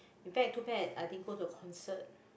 in fact too bad I didn't go to concert